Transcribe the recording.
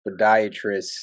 podiatrist